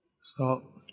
Stop